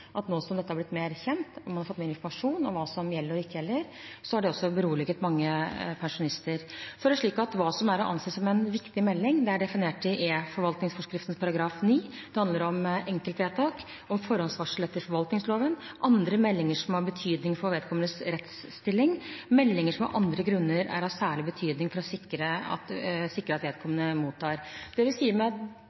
at nå som dette har blitt mer kjent og man har fått mer informasjon om hva som gjelder og ikke gjelder, har det beroliget mange pensjonister. Hva som er å anse som en viktig melding, er definert i eForvaltningsforskriften § 9 – det handler om enkeltvedtak og forhåndsvarsel etter forvaltningsloven, andre meldinger som har betydning for vedkommendes rettsstilling, og meldinger som det av andre grunner er av særlig betydning å sikre at vedkommende mottar. De trygdeslippene som vi